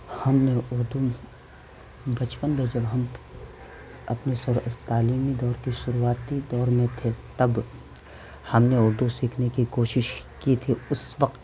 ہم نے اردو بچپن میں جب ہم اپنے تعلیمی دور کے شروعاتی دور میں تھے تب ہم نے اردو سیکھنے کی کوشش کی تھی اس وقت